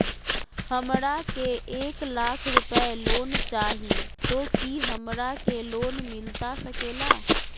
हमरा के एक लाख रुपए लोन चाही तो की हमरा के लोन मिलता सकेला?